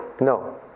No